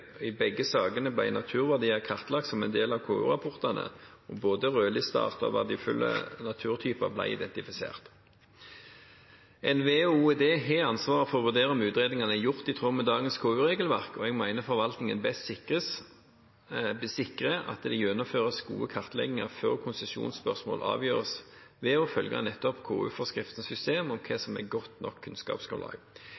I begge sakene ble naturverdier kartlagt som en del av KU-rapportene, og både rødlistearter og verdifulle naturtyper ble identifisert. NVE og OED har ansvaret for å vurdere om utredningene er gjort i tråd med dagens KU-regelverk, og jeg mener forvaltningen best sikrer at det gjennomføres gode kartlegginger før konsesjonsspørsmål avgjøres, ved å følge nettopp KU-forskriftens system om hva